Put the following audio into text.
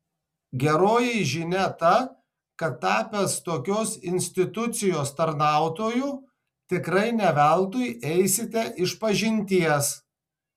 geroji žinia ta kad tapęs tokios institucijos tarnautoju tikrai ne veltui eisite išpažinties